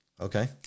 Okay